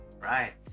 Right